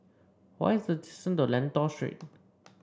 what is the distance to Lentor Street